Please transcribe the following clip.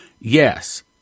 Yes